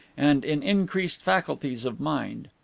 and in increased faculties of mind.